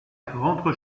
rentre